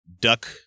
duck